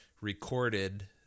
recorded